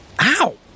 Ow